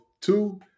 two